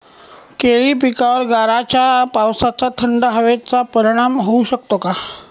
केळी पिकावर गाराच्या पावसाचा, थंड हवेचा परिणाम होऊ शकतो का?